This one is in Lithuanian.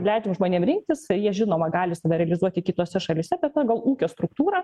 leidžiam žmonėm rinktis jie žinoma gali save realizuoti kitose šalyse pagal ūkio struktūrą